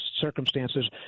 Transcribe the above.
circumstances